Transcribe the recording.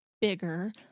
bigger